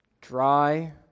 dry